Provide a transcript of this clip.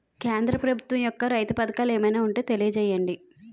కేంద్ర ప్రభుత్వం యెక్క రైతు పథకాలు ఏమైనా ఉంటే తెలియజేయండి?